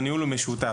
והניהול הוא משותף.